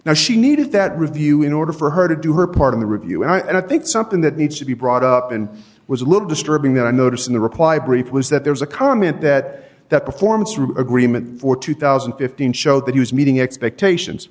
now she needed that review in order for her to do her part of the review and i think something that needs to be brought up and was a little disturbing that i noticed in the reply brief was that there was a comment that that performance room agreement for two thousand and fifteen show that he was meeting expectations